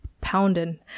pounding